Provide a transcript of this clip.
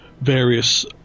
various